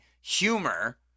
humor